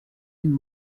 and